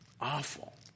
Awful